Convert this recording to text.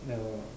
no